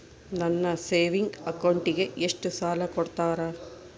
ನನ್ನ ಸೇವಿಂಗ್ ಅಕೌಂಟಿಗೆ ಎಷ್ಟು ಸಾಲ ಕೊಡ್ತಾರ?